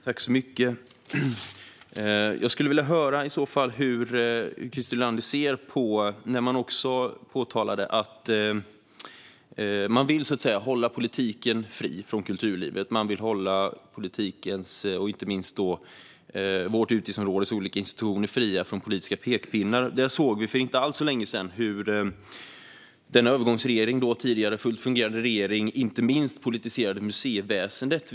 Fru talman! Jag skulle vilja höra hur Christer Nylander ser på en fråga. Man säger att man vill hålla politiken fri från kulturlivet. Man vill hålla kulturens och då inte minst vårt utgiftsområdes olika institutioner fria från olika politiska pekpinnar. Där såg vi för inte alltför länge sedan hur denna övergångsregering och tidigare fullt fungerande regering inte minst politiserade museiväsendet.